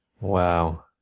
Wow